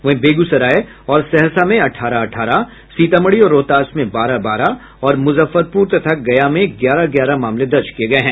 वहीं बेगूसराय और सहरसा में अठारह अठारह सीतामढ़ी और रोहतास में बारह बारह और मुजफ्फरपुर तथा गया में ग्यारह ग्यारह मामले दर्ज किये गये हैं